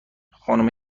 خانومه